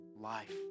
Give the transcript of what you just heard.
life